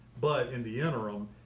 but in the interim,